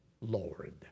Lord